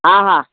हा हा